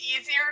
easier